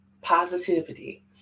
positivity